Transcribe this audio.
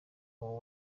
aho